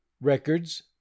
records